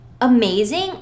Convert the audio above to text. amazing